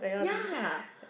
ya